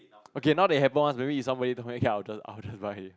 okay now that it happen ones maybe if someone communicates I'll just I'll just buy it